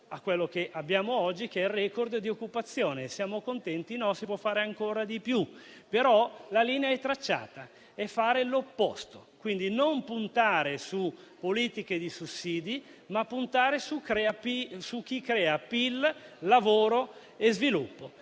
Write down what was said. a quello che abbiamo oggi, che è il *record* di occupazione. Siamo contenti? No: si può fare ancora di più. Però la linea è tracciata: fare l'opposto e quindi, puntare non su politiche di sussidi, ma su chi crea PIL, lavoro e sviluppo,